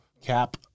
cap